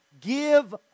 give